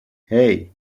hey